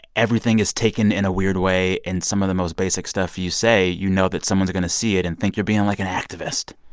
everything is taken in a weird way. and some of the most basic stuff you say, you know that someone's going to see it and think you're being, like, an activist.